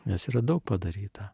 nes yra daug padaryta